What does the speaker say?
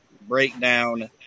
Breakdown